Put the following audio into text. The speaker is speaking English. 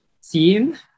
seen